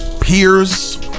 peers